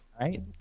right